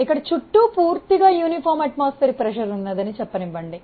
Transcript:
ఇది పూర్తిగా ఏకరీతి వాతావరణ పీడనం చుట్టూ ఉన్నదని చెప్పనివ్వండి